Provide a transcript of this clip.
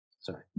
Sorry